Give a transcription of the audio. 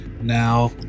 now